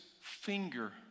finger